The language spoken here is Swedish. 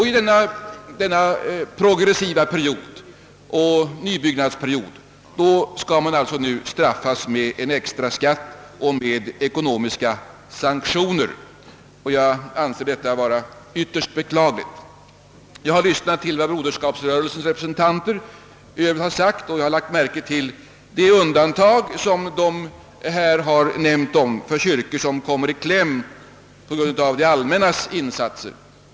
I denna progressiva nybyggnadsperiod skall man alltså straffas med en extraskatt, med ekonomiska sanktioner. Detta anser jag vara ytterst beklagligt. Jag har lyssnat till vad Broderskapsrörelsens representanter har sagt, och jag har även lagt märke till de undantag som de tänkt sig för kyrkor som kommer i kläm på grund av det allmännas insatser.